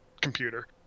computer